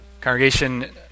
Congregation